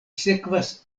sekvas